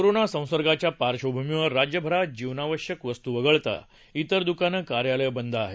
corona संसर्गाच्या पार्श्वभूमीवर राज्यभरात जीवनावश्यक वस्तू वगळता इतर द्कानं कार्यालयं बंद आहे